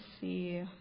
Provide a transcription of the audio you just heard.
see